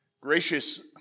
Gracious